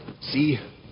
see